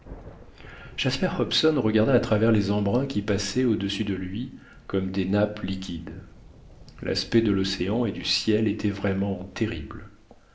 jasper hobson regarda à travers les embruns qui passaient audessus de lui comme des nappes liquides l'aspect de l'océan et du ciel était vraiment terrible